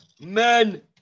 Men